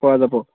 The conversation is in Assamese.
পৰা যাব